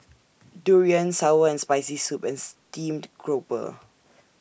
Durian Sour and Spicy Soup and Steamed Grouper